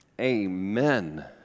amen